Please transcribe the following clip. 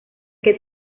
que